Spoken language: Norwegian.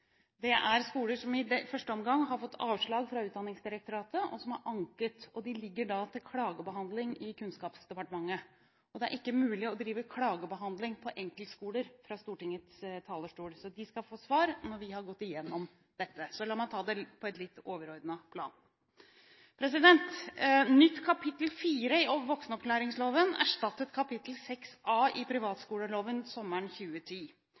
Det er ikke mulig å drive klagebehandling angående enkeltskoler fra Stortingets talerstol. De skal få svar når vi har gått gjennom klagene. Så la meg ta det på et litt overordnet plan. Nytt kapittel 4 i voksenopplæringsloven erstattet kapittel 6A i privatskoleloven sommeren 2010.